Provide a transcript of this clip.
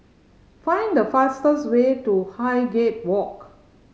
find the fastest way to Highgate Walk